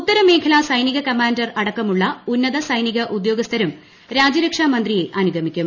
ഉത്തരമേഖലാ സൈനിക കമാൻഡർ അടക്കമുള്ള ഉന്നത സൈനിക ഉദ്യോഗസ്ഥരും രാജ്യരക്ഷാമന്ത്രിയെ അനുഗമിക്കും